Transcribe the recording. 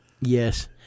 yes